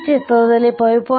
ಈ ಚಿತ್ರ 5